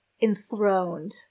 enthroned